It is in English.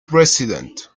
president